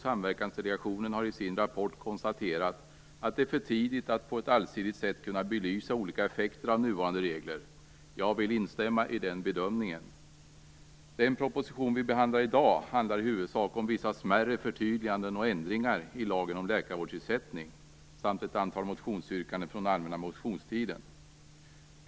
Samverkansdelegationen har i sin rapport konstaterat att det är för tidigt att på ett allsidigt sätt kunna belysa olika effekter av nuvarande regler. Jag vill instämma i den bedömningen. Den proposition vi behandlar i dag handlar i huvudsak om vissa smärre förtydliganden och ändringar i lagen om läkarvårdsersättning samt ett antal motionsyrkanden från allmänna motionstiden.